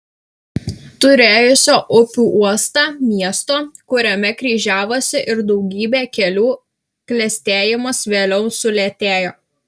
turėjusio upių uostą miesto kuriame kryžiavosi ir daugybė kelių klestėjimas vėliau sulėtėjo